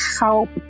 help